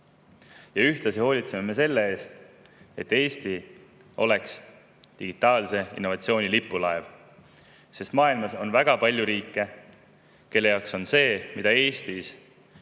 Ühtlasi hoolitseme me selle eest, et Eesti oleks digitaalse innovatsiooni lipulaev. Maailmas on väga palju riike, kelle jaoks on see, mida Eesti